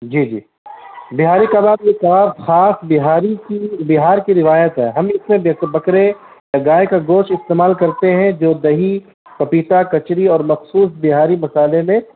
جی جی بہاری کباب بہاری کباب خاص بہار کی بہار کی روایت ہے ہم اس میں بکرے یا گائے کا گوشت استعمال کرتے ہیں جو دہی پپیتا کچری اور مخصوص بہاری مسالحے میں